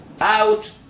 Out